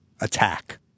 attack